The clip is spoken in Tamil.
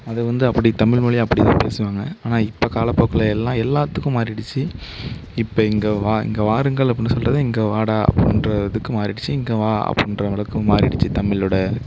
அது வந்து அப்படி தமிழ் மொழி அப்படி தான் பேசுவாங்க ஆனால் இப்போ காலப்போக்கில் எல்லாம் எல்லாத்துக்கும் மாறிடுச்சு இப்போ இங்கே வா இங்கே வாருங்கள் அப்படினு சொல்கிறதை இங்கே வாடா அப்படிங்ற இதுக்கு மாறிடுச்சு இங்கே வா அப்படிங்ற அளவுக்கு மாறிடுச்சு தமிழோட